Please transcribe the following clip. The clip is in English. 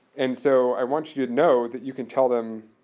and so, i want you to know that you can tell them